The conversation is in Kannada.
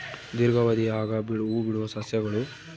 ದೀರ್ಘಾವಧಿಯಾಗ ಹೂಬಿಡುವ ಸಸ್ಯಗಳು ಹೆಚ್ಚು ಬೀಜಗಳನ್ನು ಬಿಡುಗಡೆ ಮಾಡ್ತ್ತವೆ